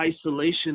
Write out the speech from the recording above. isolation